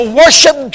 worship